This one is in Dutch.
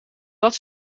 dat